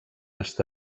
està